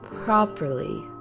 properly